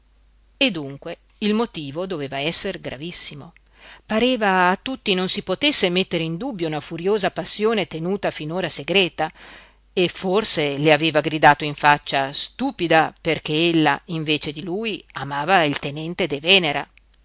e dunque il motivo doveva esser gravissimo pareva a tutti non si potesse mettere in dubbio una furiosa passione tenuta finora segreta e forse le aveva gridato in faccia stupida perché ella invece di lui amava il tenente de venera